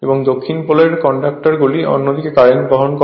এবং দক্ষিণ পোলর এর কন্ডাক্টরগুলি অন্য দিকে কারেন্ট বহন করে